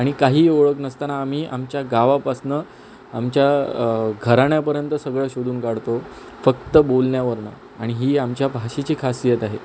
आणि काहीही ओळख नसताना आम्ही आमच्या गावापासनं आमच्या घराण्यापर्यंत सगळं शोधून काढतो फक्त बोलण्यावरनं आणि ही आमच्या भाषेची खासियत आहे